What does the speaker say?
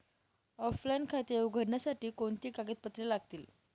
Offline खाते उघडण्यासाठी कोणती कागदपत्रे लागतील?